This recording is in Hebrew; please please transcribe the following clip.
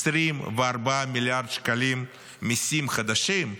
24 מיליארד שקלים מיסים חדשים.